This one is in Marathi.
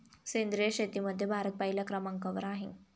सेंद्रिय शेतीमध्ये भारत पहिल्या क्रमांकावर आहे